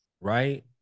Right